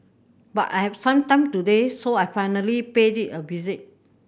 but I have some time today so I finally paid it a visit